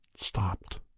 stopped